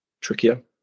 trickier